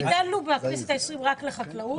ביטלנו בכנסת העשרים רק לחקלאות.